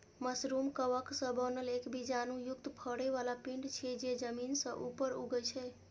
mushroom कवक सं बनल एक बीजाणु युक्त फरै बला पिंड छियै, जे जमीन सं ऊपर उगै छै